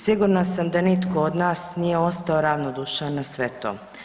Sigurna sam da nitko od nas nije ostao ravnodušan na sve to.